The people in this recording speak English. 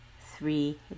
three